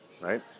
right